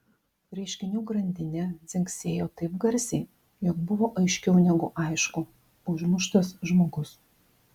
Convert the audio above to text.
reiškinių grandinė dzingsėjo taip garsiai jog buvo aiškiau negu aišku užmuštas žmogus